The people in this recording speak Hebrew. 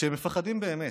שמפחדים באמת,